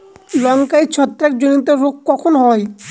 লঙ্কায় ছত্রাক জনিত রোগ কখন হয়?